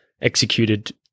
executed